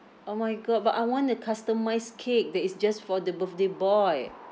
oh my god but I want a customised cake that is just for the birthday boy